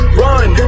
run